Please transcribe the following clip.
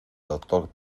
doctor